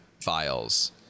files